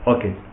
Okay